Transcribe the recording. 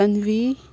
Tanvi